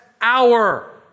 hour